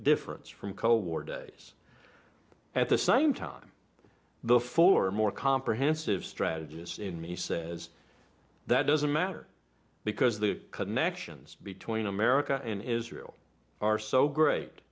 difference from cold war days at the same time though for a more comprehensive strategy this in me says that doesn't matter because the connections between america and israel are so great